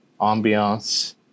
ambiance